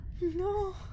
No